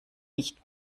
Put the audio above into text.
nicht